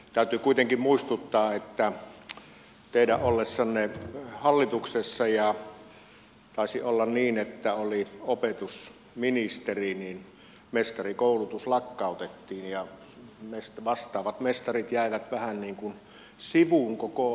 täytyy kuitenkin muistuttaa että teidän ollessanne hallituksessa ja taisi olla niin että oli opetusministeri mestarikoulutus lakkautettiin ja vastaavat mestarit jäivät vähän niin kuin sivuun koko työmaista